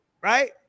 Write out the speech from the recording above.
right